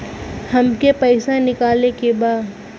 हमके पैसा निकाले के बा